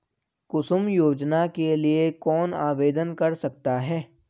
कुसुम योजना के लिए कौन आवेदन कर सकता है?